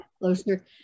closer